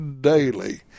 daily